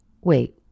Wait